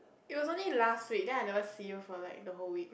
it was only last week then I never see you for like the whole week